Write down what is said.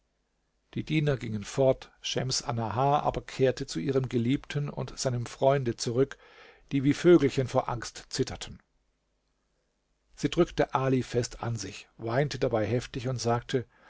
die diener gingen fort schems annahar aber kehrte zu ihrem geliebten und seinem freunde zurück die wie vögelchen vor angst zitterten sie drückte ali fest an sich weinte dabei heftig und sagte